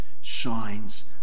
shines